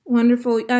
Wonderful